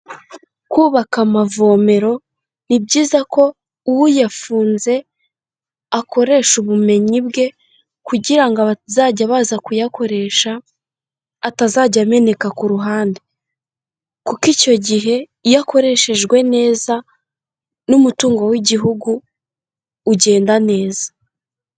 Kubaka amavomero ni byiza ko uyafunze akoresha ubumenyi bwe kugira ngo abazajya baza kuyakoresha, atazajya ameneka ku ruhande, kuko icyo gihe iyo akoreshejwe neza n'umutungo w'igihugu ugenda neza.